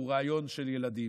הוא רעיון של ילדים.